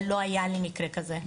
אבל לא היה לי מקרה כזה.